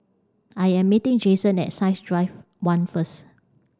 I am meeting Jason at Science Drive one first